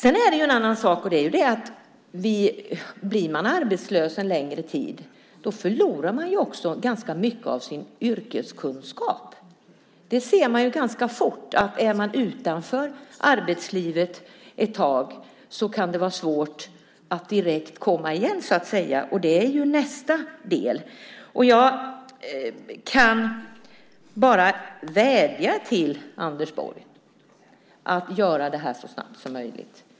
En annan sak är också att blir man arbetslös under en tid förlorar man ganska mycket av sin yrkeskunskap. Det ser man ganska fort. Är man utanför arbetslivet ett tag kan det vara svårt att direkt komma igen. Jag kan bara vädja till Anders Borg att göra det här så snabbt som möjligt.